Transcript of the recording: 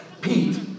Pete